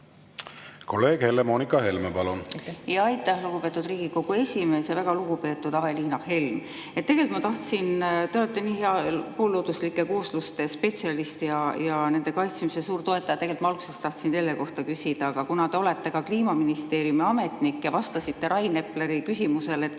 Kolleeg Helle-Moonika Helme, palun! Aitäh, lugupeetud Riigikogu esimees! Väga lugupeetud Aveliina Helm! Te olete nii hea poollooduslike koosluste spetsialist ja nende kaitsmise suur toetaja, et tegelikult ma alguses tahtsin selle kohta küsida. Aga te olete ka Kliimaministeeriumi ametnik ja vastasite Rain Epleri küsimusele, et